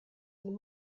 and